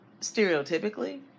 Stereotypically